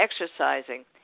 exercising